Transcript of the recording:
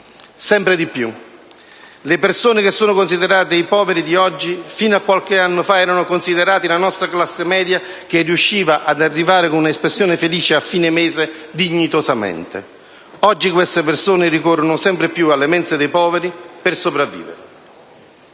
Sempre di più le persone che sono considerate i poveri di oggi fino a qualche anno fa erano considerati la nostra classe media che riusciva ad arrivare, con un'espressione felice, «a fine mese» dignitosamente. Oggi queste persone ricorrono sempre più alle mense dei poveri per sopravvivere.